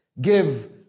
give